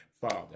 Father